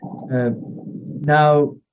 Now